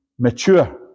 Mature